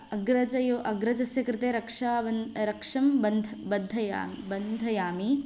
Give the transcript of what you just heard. अग्रजयो अग्रजस्य कृते रक्षाबन् रक्षं बध्न बद्धयामि बन्धयामि